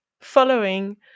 following